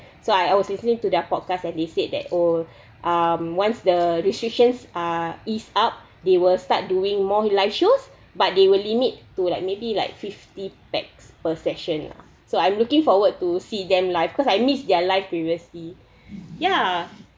so I I was listening to their podcast and they said that oh um once the restrictions uh is up they will start doing more live shows but they will limit to like maybe like fifty pax per session ah so I'm looking forward to see them live cause I miss their live previously ya